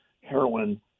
heroin